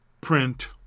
print